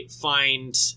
find